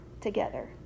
together